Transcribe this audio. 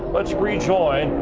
let's rejoin.